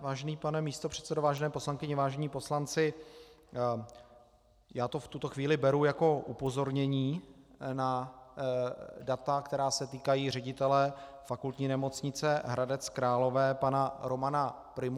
Vážený pane místopředsedo, vážené poslankyně, vážení poslanci, já to v tuto chvíli beru jako upozornění na data, která se týkají ředitele Fakultní nemocnice Hradec Králové pana Romana Prymuly.